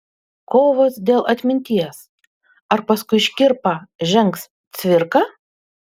kovos dėl atminties ar paskui škirpą žengs cvirka